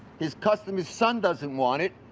his customer's son doesn't want it.